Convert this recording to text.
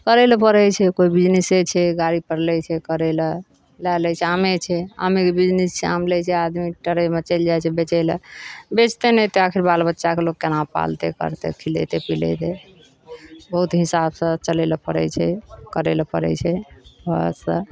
करै लए पड़ै छै केओ बिजनिसे छै गाड़ी पर लै छै करै लए लए लै छै आमे छै आमेके बिजनिस छै आम लै छै आदमी टरे मे चैल जाइ छै बेचैलए बेचतै नहि तऽ आखिर बाल बच्चा के लोक केना पालतै करतै खिलैतै पिलैतै बहुत हिसाबसँ चलै लए पड़ै छै करै लऽ पड़ै छै घरसँ